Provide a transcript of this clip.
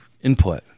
input